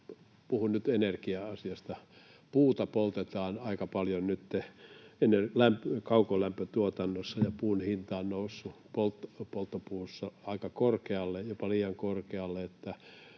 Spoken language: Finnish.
Puhun nyt energia-asiasta. Puuta poltetaan aika paljon nytten kaukolämpötuotannossa, ja puun hinta on noussut polttopuuna aika korkealle, jopa liian korkealle,